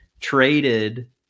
Traded